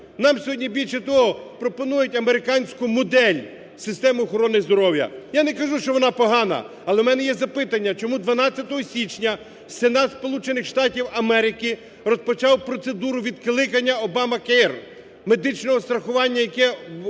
Нам сьогодні, більше того, пропонують американську модель системи охорони здоров'я. Я не кажу, що вона погана, але в мене є запитання чому 12 січня Сенат Сполучених Штатів Америки розпочав процедуру відкликання "Обамакер" – медичного страхування, яке було